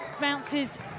Bounces